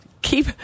Keep